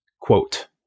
quote